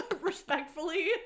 Respectfully